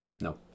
No